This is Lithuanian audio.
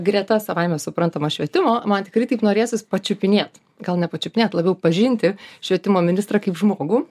greta savaime suprantama švietimo man tikrai taip norėsis pačiupinėt gal ne pačiupinėt labiau pažinti švietimo ministrą kaip žmogų